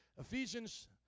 Ephesians